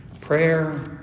prayer